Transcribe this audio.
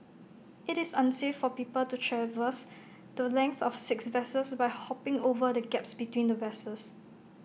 IT is unsafe for people to traverse the length of six vessels by hopping over the gaps between the vessels